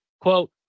Quote